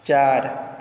चार